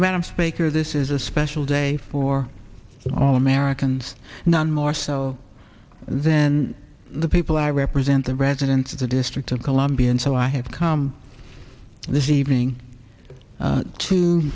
madam speaker this is a special day for all americans none more so then the people i represent the residents of the district of columbia and so i have come this evening